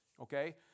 Okay